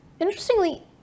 interestingly